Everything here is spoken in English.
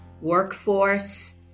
workforce